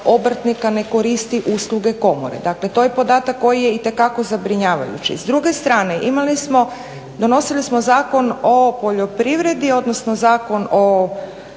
ne koristi usluge komore, dakle to je podatak koji je itekako zabrinjavajući. S druge strane, donosili smo Zakon o poljoprivredi, odnosno Zakon o